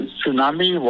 Tsunami